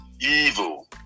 Evil